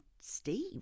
Steve